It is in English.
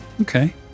Okay